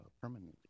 permanently